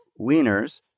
Wieners